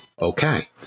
Okay